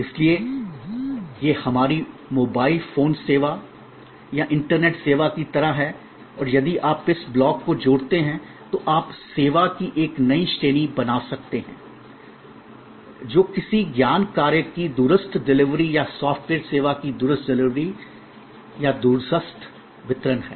इसलिए यह हमारी मोबाइल फोन सेवा या इंटरनेट सेवा की तरह है और यदि आप इस ब्लॉक को जोड़ते हैं तो आप सेवा की एक नई श्रेणी बना सकते हैं जो किसी ज्ञान कार्य की दूरस्थ डिलीवरी या सॉफ्टवेयर सेवा की दूरस्थ डिलीवरी या दूरस्थ वितरण है